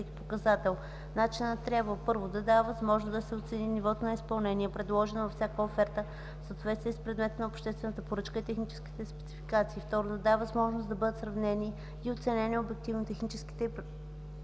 1. да дава възможност да се оцени нивото на изпълнение, предложено във всяка оферта, в съответствие с предмета на обществената поръчка и техническите спецификации; 2. да дава възможност да бъдат сравнени и оценени обективно техническите предложения